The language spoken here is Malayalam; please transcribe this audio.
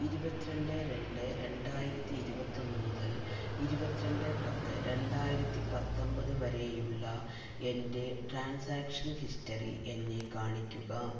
ഇരുപത്തിരണ്ട് രണ്ട് രണ്ടായിരത്തിയിരുപത്തൊന്ന് മുതൽ ഇരുപത്തിരണ്ട് പത്ത് രണ്ടായിരത്തി പത്തൊൻപത് വരെയുള്ള എൻ്റെ ട്രാൻസാക്ഷൻ ഹിസ്റ്ററി എന്നെ കാണിക്കുക